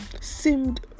seemed